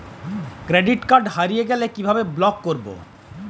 Credit card হারিয়ে গেলে কি ভাবে ব্লক করবো?